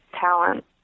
talent